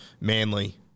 Manly